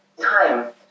time